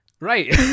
right